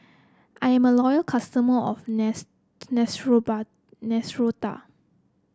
I am a loyal customer of Neostrata